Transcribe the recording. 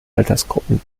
altersgruppen